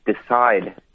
decide